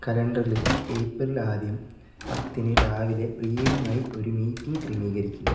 കലണ്ടറിൽ ഏപ്രിൽ ആദ്യം പത്തിന് രാവിലെ പ്രിയയുമായി ഒരു മീറ്റിംഗ് ക്രമീകരിക്കുക